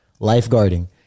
lifeguarding